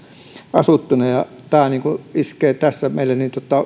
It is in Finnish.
asuttuna tämä iskee tässä meille